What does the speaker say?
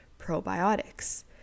probiotics